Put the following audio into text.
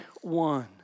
one